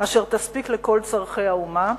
אשר תספיק לכל צורכי האומה,